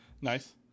Nice